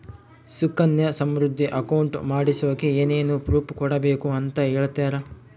Sukanya Samriddhi account ಮಾಡಿಸೋಕೆ ಏನೇನು proof ಕೊಡಬೇಕು ಅಂತ ಹೇಳ್ತೇರಾ?